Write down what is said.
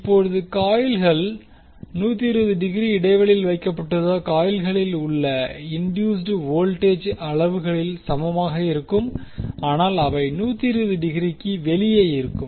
இப்போது காயில்கள் 120 டிகிரி இடைவெளியில் வைக்கப்படுவதால் காயில்களில் உள்ள இண்டியுஸ்ட் வோல்டேஜ் அளவுகளில் சமமாக இருக்கும் ஆனால் அவை 120 டிகிரிக்கு வெளியே இருக்கும்